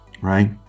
right